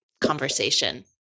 conversation